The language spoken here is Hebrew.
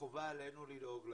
וחובה עלינו לדאוג להם.